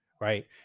right